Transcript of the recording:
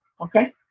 Okay